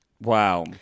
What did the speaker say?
Wow